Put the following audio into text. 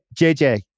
JJ